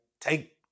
take